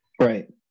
Right